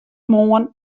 moarn